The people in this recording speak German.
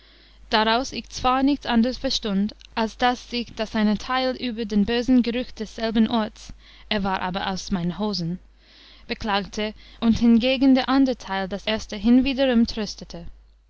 daraus ich zwar nichts anders verstund als daß sich das eine teil über den bösen geruch desselben orts er war aber aus meinen hosen beklagte und hingegen der ander teil das erste hinwiederum